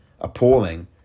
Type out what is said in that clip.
appalling